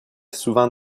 souvent